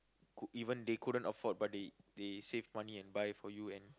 could even they couldn't afford but they they save money and buy for you and